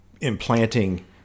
implanting